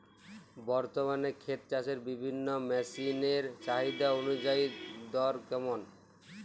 বর্তমানে ক্ষেত চষার বিভিন্ন মেশিন এর চাহিদা অনুযায়ী দর কেমন?